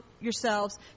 yourselves